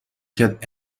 کرد